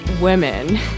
Women